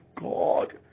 God